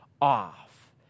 off